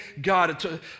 God